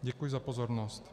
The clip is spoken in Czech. Děkuji za pozornost.